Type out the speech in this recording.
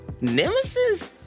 nemesis